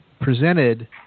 presented